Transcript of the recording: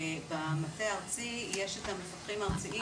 במטה הארצי יש המפקחים הארציים.